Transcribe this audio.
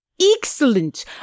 Excellent